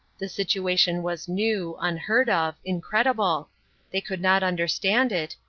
the situation was new, unheard of, incredible they could not understand it,